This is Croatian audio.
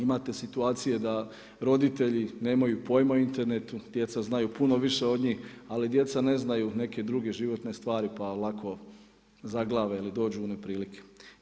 Imate situacije da roditelji nemaj pojma o internetu, djeca znaju puno više od njih, ali djeca ne znaju, neke druge životne stvari pa lako zaglave ili dođu u neprilike.